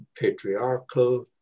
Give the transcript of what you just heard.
patriarchal